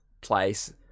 place